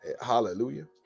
Hallelujah